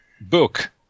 book